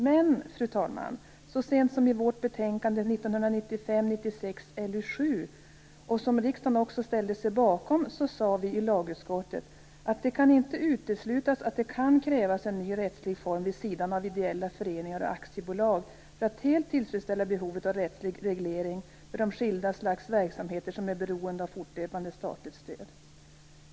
Men, fru talman, så sent som i vårt betänkande 1995/96:LU7, som riksdagen också ställde sig bakom, sade vi i lagutskottet att det inte kan uteslutas att det krävs en ny rättslig form vid sidan av ideella föreningar och aktiebolag för att helt tillfredsställa behovet av rättslig reglering för de skilda slag av verksamheter som är beroende av fortlöpande statligt stöd.